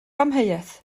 amheuaeth